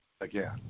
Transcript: again